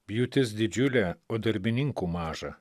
pjūtis didžiulė o darbininkų maža